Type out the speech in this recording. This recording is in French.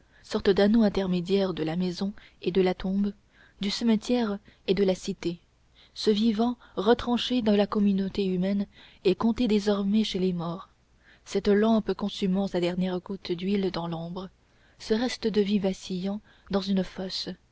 sorte d'anneau intermédiaire de la maison et de la tombe du cimetière et de la cité ce vivant retranché de la communauté humaine et compté désormais chez les morts cette lampe consumant sa dernière goutte d'huile dans l'ombre ce reste de vie vacillant dans une fosse